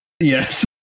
yes